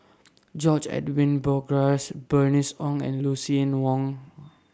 George Edwin Bogaars Bernice Ong and Lucien Wang